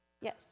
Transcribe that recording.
yes